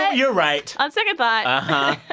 ah you're right on second but